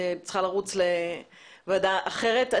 אני צריכה לרוץ לוועדה אחרת.